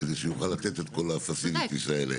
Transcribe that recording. שיוכל לתת את כל ה-facilities האלה.